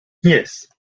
yes